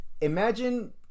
imagine